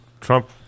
Trump